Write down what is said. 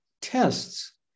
tests